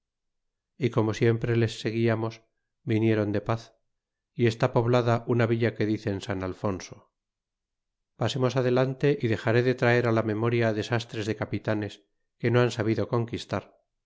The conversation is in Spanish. y como siempre les seguíamos vinieron de paz y está poblada una villa que dicen san alfonso pasemos adelante y dexaré de traer la memoria desastres de capitanes que no han sabido conquistar